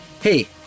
Hey